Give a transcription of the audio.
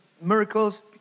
miracles